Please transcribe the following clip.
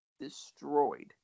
destroyed